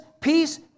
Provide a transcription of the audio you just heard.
peace